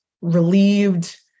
relieved